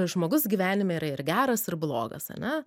žmogus gyvenime yra ir geras ir blogas ane